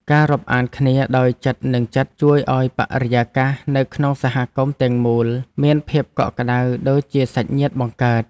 ការរាប់អានគ្នាដោយចិត្តនិងចិត្តជួយឱ្យបរិយាកាសនៅក្នុងសហគមន៍ទាំងមូលមានភាពកក់ក្តៅដូចជាសាច់ញាតិបង្កើត។